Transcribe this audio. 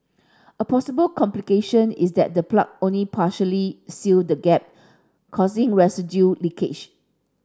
a possible complication is that the plug only partially seal the gap causing residual leakage